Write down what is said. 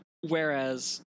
whereas